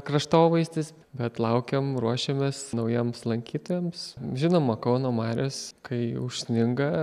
kraštovaizdis bet laukiam ruošiamės naujiems lankytojams žinoma kauno marios kai užsninga